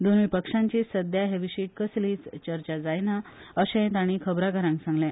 दोनुय पक्षांची सध्या हे विशी कसलीच चर्चा जायना अशेय ताणी खबराकारांक सांगले